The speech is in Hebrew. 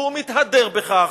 והוא מתהדר בכך,